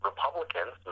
Republicans